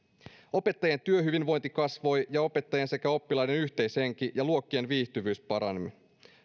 opettajien työhyvinvointi kasvoi ja opettajien sekä oppilaiden yhteishenki ja luokkien viihtyvyys paranivat